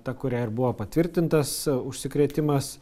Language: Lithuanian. ta kuriai ir buvo patvirtintas užsikrėtimas